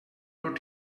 would